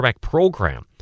program